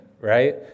right